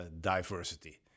diversity